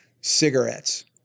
cigarettes